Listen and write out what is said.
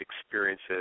experiences